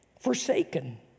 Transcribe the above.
forsaken